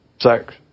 sex